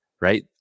right